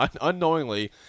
unknowingly